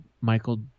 Michael –